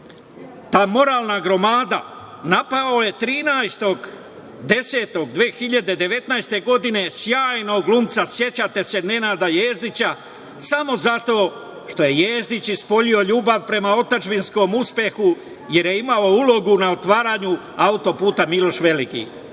ta moralna gromada, napao je 13.10.2019. godine sjajnog glumca, sećate se, Nenada Jezdića, samo zato što je Jezdić ispoljio ljubav prema otadžbinskom uspehu, jer je imao ulogu na otvaranju autoputa „Miloš Veliki“